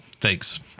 Thanks